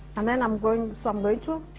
and then i'm going. so am going to to